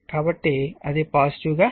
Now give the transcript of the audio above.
కాబట్టి అది పాజిటివ్ గా ఉండాలి